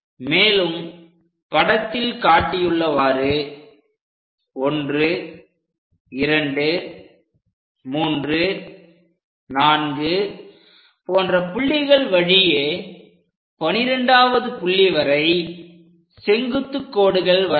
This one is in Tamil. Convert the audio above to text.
மேலும் படத்தில் காட்டியுள்ளவாறு 1 2 3 4 போன்ற புள்ளிகள் வழியே 12வது புள்ளி வரை செங்குத்துக் கோடுகள் வரைக